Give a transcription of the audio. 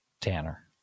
Tanner